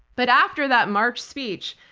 but after that march speech,